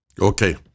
Okay